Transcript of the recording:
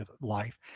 life